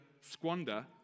squander